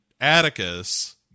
Atticus